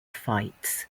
fights